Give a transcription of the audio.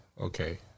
okay